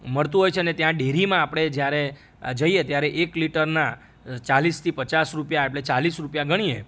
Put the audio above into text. મળતું હોય છે ને ત્યાં ડેરીમાં આપણે જ્યારે જઈએ ત્યારે એક લિટરના ચાલીસથી પચાસ રૂપિયા એટલે ચાલીસ રૂપિયા ગણીએ